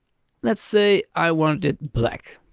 let's say i want it black.